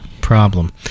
problem